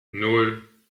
nan